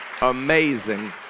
amazing